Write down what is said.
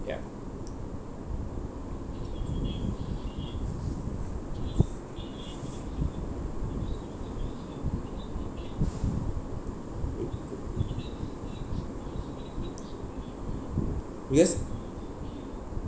ya because